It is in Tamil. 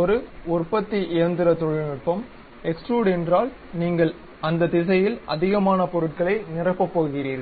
ஒரு உற்பத்தி இயந்திர தொழில்நுட்பம் எக்ஸ்ட்ரூடு என்றால் நீங்கள் அந்த திசையில் அதிகமான பொருட்களை நிரப்பப் போகிறீர்கள்